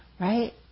Right